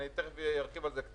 אני קצת ארחיב על זה מיד.